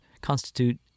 constitute